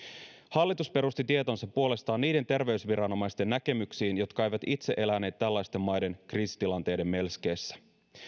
hallitus perusti tietonsa puolestaan niiden terveysviranomaisten näkemyksiin jotka eivät itse eläneet tällaisten maiden kriisitilanteiden melskeessä